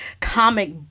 comic